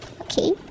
Okay